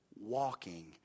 walking